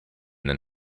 than